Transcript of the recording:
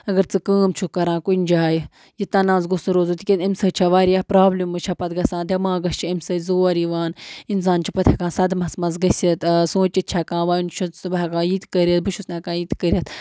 اگر ژٕ کٲم چھُکھ کَران کُنہِ جایہِ یہِ تَناز گوٚژھ نہٕ روزُن تِکیٛازِ اَمہِ سۭتۍ چھےٚ واریاہ پرٛابلِمٕز چھےٚ پَتہٕ گژھان دٮ۪ماغَس چھِ اَمہِ سۭتۍ زور یِوان اِنسان چھُ پَتہٕ ہٮ۪کان سَدمَس مَنٛز گٔژھِتھ سونٛچِتھ چھِ ہٮ۪کان وَنۍ چھُس نہٕ بہٕ ہٮ۪کان یہِ تہِ کٔرِتھ بہٕ چھُس نہٕ ہٮ۪کان یہِ تہِ کٔرِتھ